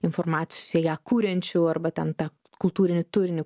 informaciją kuriančių arba ten tą kultūrinį turinį